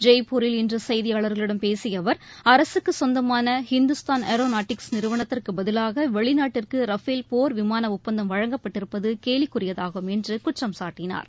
ஜெய்ப்பூரில் இன்று செய்தியாளர்களிடம் பேசிய அவர் அரசுக்கு சொந்தமான இந்துஸ்தான் ஏரோ நாட்டிக்ஸ் நிறுவனத்திற்குப் பதிவாக வெளிநாட்டிற்கு ரபேல் போர் விமான ஒப்பந்தம் வழங்கப்பட்டிருப்பது கேலிக்குரியதாகும் என்று குற்றம்சாட்டினார்